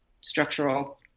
structural